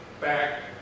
back